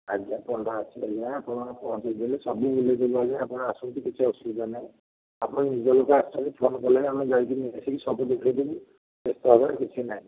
କାଲି ଆପଣ ଆସନ୍ତୁ ପହର ଦିନ ସବୁ ବୁଲାଇ ଦେବି ଆପଣ ଆସନ୍ତୁ କିଛି ଅସୁବିଧା ନାହିଁ ଆପଣ ଯେମିତି ଆସିବେ ଫୋନ କଲେ ଆମେ ଯାଇକି ନେଇ ଆସିକି ସବୁ ଦେଖାଇ ଦେବୁ ବ୍ୟସ୍ତ ହେବାର କିଛି ନାହିଁ